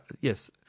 Yes